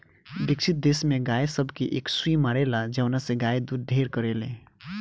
विकसित देश में गाय सब के एक सुई मारेला जवना से गाय दूध ढेर करले